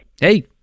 Hey